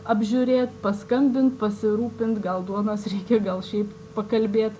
apžiūrėt paskambint pasirūpint gal duonos reikia gal šiaip pakalbėt